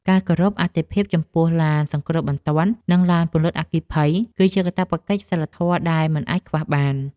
ការគោរពសិទ្ធិអាទិភាពចំពោះឡានសង្គ្រោះបន្ទាន់ និងឡានពន្លត់អគ្គិភ័យ គឺជាកាតព្វកិច្ចសីលធម៌ដែលមិនអាចខ្វះបាន។